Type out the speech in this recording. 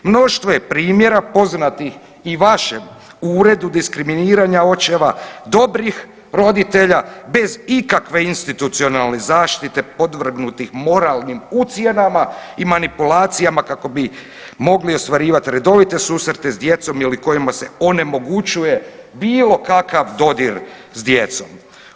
Mnoštvo je primjera poznatih i vašem uredu diskriminiranja očeva dobrih roditelja bez ikakve institucionalne zaštite podvrgnutih moralnim ucjenama i manipulacijama kako bi mogli ostvarivat redovite susrete s djecom ili kojima se onemogućuje bilo kakav dodir s djecom.